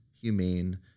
humane